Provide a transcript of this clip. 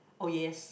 oh yes